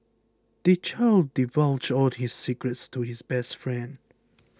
the child divulged all his secrets to his best friend